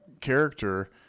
character